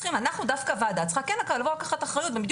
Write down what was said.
דווקא הוועדה צריכה כן לבוא ולקחת אחריות ובדיוק